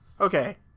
Okay